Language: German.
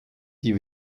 die